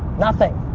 nothing.